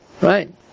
right